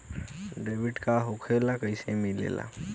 Debit card का होला कैसे मिलेला?